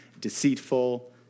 deceitful